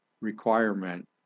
requirement